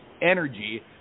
energy